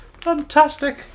fantastic